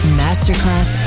masterclass